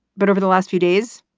but over the last few days,